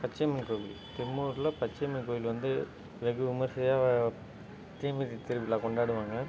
பச்சையம்மன் கோவில் தெம்மூரில் பச்சையம்மன் கோவில் வந்து வெகு விமர்சையாக வ தீமிதி திருவிழா கொண்டாடுவாங்க